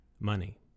money